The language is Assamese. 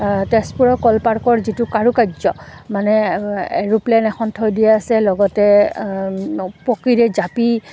তেজপুৰৰ ক'ল পাৰ্কৰ যিটো কাৰুকাৰ্য মানে এৰোপ্লেন এখন থৈ দিয় আছে লগতে প্ৰকীৰে জাপি